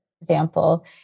example